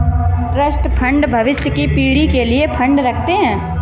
trust fund भविष्य की पीढ़ी के लिए फंड रखते हैं